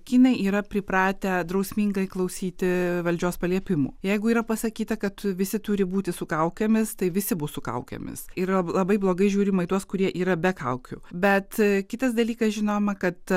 kinai yra pripratę drausmingai klausyti valdžios paliepimų jeigu yra pasakyta kad visi turi būti su kaukėmis tai visi bus su kaukėmis yra labai blogai žiūrima į tuos kurie yra be kaukių bet kitas dalykas žinoma kad